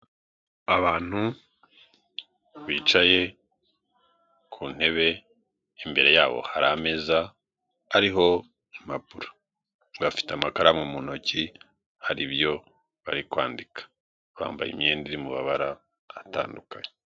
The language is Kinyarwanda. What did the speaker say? Abantu bicaye ku ntebe, imbere yabo hari ameza ariho impapuro, bafite amakaramu mu ntoki hari ibyo bari kwandika, bambaye imyenda iri mu mabara atandukanye.